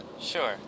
Sure